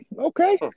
okay